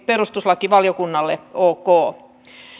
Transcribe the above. perustuslakivaliokunnalle ok